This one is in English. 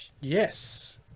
Yes